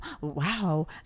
Wow